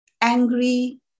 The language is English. angry